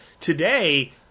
Today